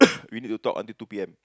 we need to talk until two P_M